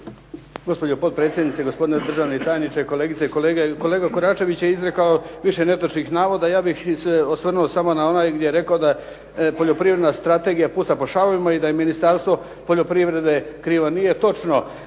Gospođo potpredsjednice, gospodine državni tajniče, kolegice i kolege. Kolega Koračević je izrekao više netočnih navoda. Ja bih se osvrnuo samo na onaj gdje je rekao da poljoprivredna strategija puca po šavovima i da je Ministarstvo poljoprivrede krivo. Nije točno.